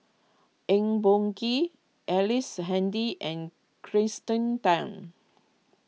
Eng Boh Kee Ellice Handy and Kirsten Tan